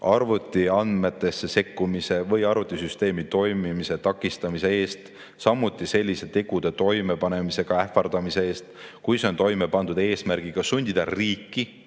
arvutiandmetesse sekkumine või arvutisüsteemi toimimise takistamine, samuti selliste tegude toimepanemisega ähvardamine, kui see on toime pandud eesmärgiga sundida riiki